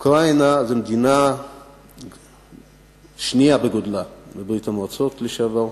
אוקראינה זו המדינה השנייה בגודלה בברית-המועצות לשעבר,